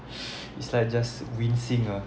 it's like just wincing ah